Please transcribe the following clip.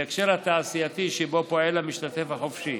בהקשר התעשייתי שבו פועל המשתתף החופשי,